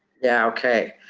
yeah, okay.